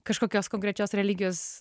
kažkokios konkrečios religijos